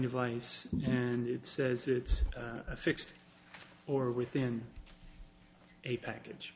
device and it says it's a fixed or within a package